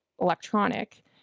electronic